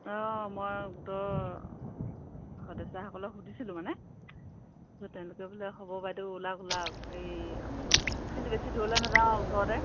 অঁ মই গোটৰ সদস্যাসকলক সুধিছিলোঁ মানে তাৰ পাছত তেওঁলোকে বোলে হ'ব বাইদেউ ওলাওক ওলাওক এই খালী বেছি দূৰলৈ নাযাওঁ আৰু ওচৰতে